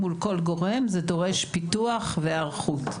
מול כל גורם, דורש פיתוח והיערכות.